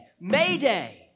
mayday